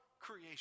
creation